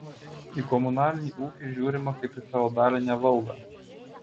į komunalinį ūkį žiūrima kaip į feodalinę valdą